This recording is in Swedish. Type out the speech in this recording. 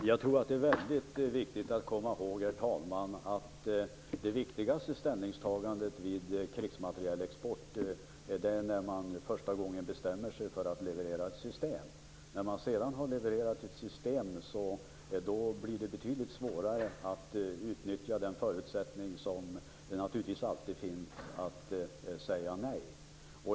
Herr talman! Det är väldigt viktigt att komma ihåg att det viktigaste ställningstagandet vid krigsmaterielexport är när man första gången bestämmer sig för att leverera ett system. När man sedan har levererat ett system blir det betydligt svårare att utnyttja den möjligheten som naturligtvis alltid finns att säga nej.